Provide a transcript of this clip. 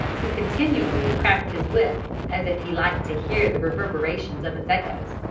who continually cracked his whip as if he liked to hear the reverberations of its echoes.